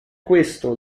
questo